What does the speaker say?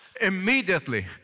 immediately